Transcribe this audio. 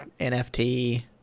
NFT